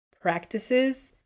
practices